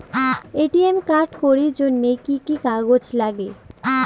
ATM card করির জন্যে কি কি কাগজ নাগে?